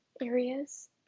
areas